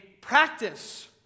practice